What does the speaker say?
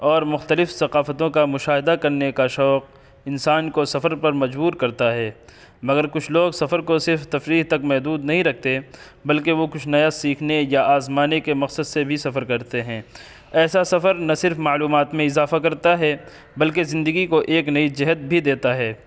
اور مختلف ثقافتوں کا مشاہدہ کرنے کا شوق انسان کو سفر پر مجبور کرتا ہے مگر کچھ لوگ سفر کو صرف تفریح تک محدود نہیں رکھتے بلکہ وہ کچھ نیا سیکھنے یا آزمانے کے مقصد سے بھی سفر کرتے ہیں ایسا سفر نہ صرف معلومات میں اضافہ کرتا ہے بلکہ زندگی کو ایک نئی جہت بھی دیتا ہے